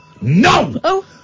No